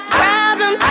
problem